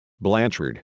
Blanchard